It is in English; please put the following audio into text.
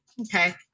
okay